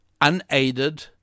unaided